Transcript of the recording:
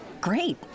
Great